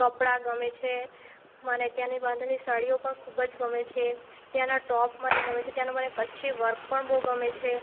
કપડાં ગમે છે મને ત્યાંની બાંધણી સાડીઓ પણ ખૂબ જ ગમે છે ત્યાંનાં ટૉપ મને ગમે છે ત્યાંનું મને કચ્છી વર્ક પણ બહુ ગમે છે